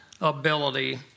ability